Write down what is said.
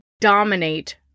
dominate